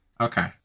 Okay